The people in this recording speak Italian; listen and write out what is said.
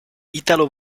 italo